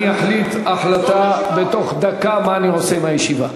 אחליט בתוך דקה מה אני עושה עם הישיבה.